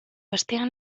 astean